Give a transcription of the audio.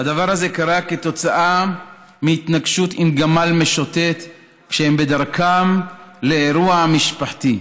והדבר הזה קרה כתוצאה מהתנגשות עם גמל משוטט כשהם בדרכם לאירוע משפחתי.